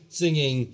singing